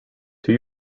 two